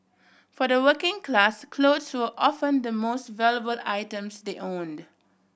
for the working class clothes were often the most valuable items they owned